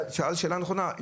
שאלת שאלה נכונה.